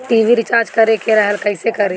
TV recharge करे के रहल ह कइसे करी?